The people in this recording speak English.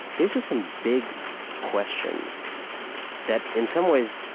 these are some big questions that, in some ways,